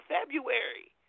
February